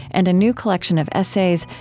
and a new collection of essays,